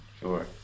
Sure